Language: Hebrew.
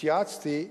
התייעצתי,